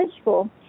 school